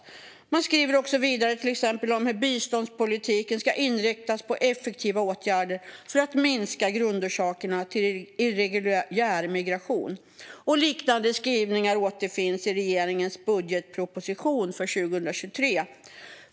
Vidare skriver man till exempel om hur biståndspolitiken ska inriktas på effektiva åtgärder för att minska grundorsakerna till irreguljär migration. Liknande skrivningar återfinns i regeringens budgetproposition för 2023.